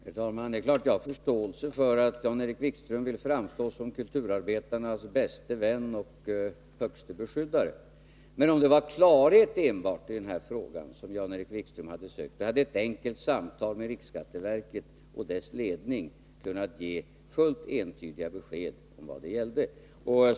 Herr talman! Det är klart att jag har förståelse för att Jan-Erik Wikström vill framstå som kulturarbetarnas bäste vän och högste beskyddare. Men om det var enbart klarhet som Jan-Erik Wikström sökte i denna fråga hade ett enkelt samtal med riksskatteverket och dess ledning kunnat ge fullt entydiga besked om vad det gäller.